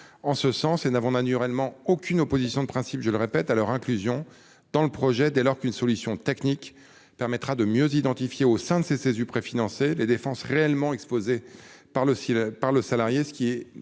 en ce sens. Nous n'avons naturellement aucune opposition de principe à leur inclusion dans le projet, dès lors qu'une solution technique permettra de mieux identifier, au sein des Cesu préfinancés, les dépenses réellement exposées par le salarié, ce qui est